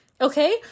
Okay